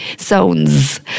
Zones